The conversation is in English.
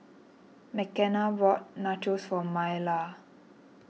Mckenna bought Nachos for Maleah